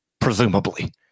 presumably